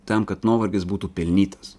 tam kad nuovargis būtų pelnytas